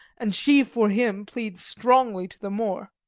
and she for him pleads strongly to the moor,